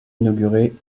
inaugurée